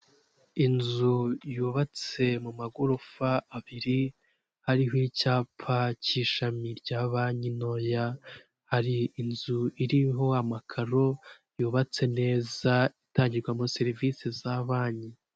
Inzu yubatse mu magorofa abiri hariho icyapa cy'ishami rya banki ntoya hari inzu iriho amakaro yubatse neza itangirwamo serivisie za banki.